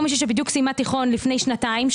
מישהי שבדיוק סיימה תיכון לפני שנתיים,